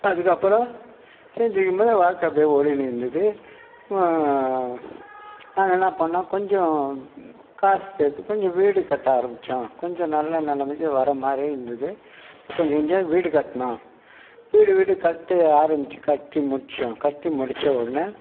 அதுக்கப்புறம் செஞ்சிகின்னு இருக்கும்போது வாழ்க்கை அப்படியே ஓடிக்கினு இருந்தது நாங்கள் என்ன பண்ணோம் கொஞ்சம் காசு சேர்த்து கொஞ்சம் வீடு கட்ட ஆரம்பித்தோம் கொஞ்சம் நல்ல நெலைமைக்கு வர்ற மாதிரி இருந்துது கொஞ்சம் கொஞ்சம் வீடு கட்டினோம் வீடு வீடு கட்டி ஆரம்பித்து கட்டி முடித்தோம் கட்டி முடித்தவுடனே